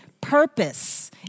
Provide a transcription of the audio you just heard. purpose